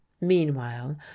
Meanwhile